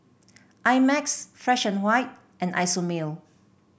I Max Fresh And White and Isomil